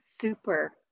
super